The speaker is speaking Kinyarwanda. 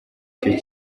icyo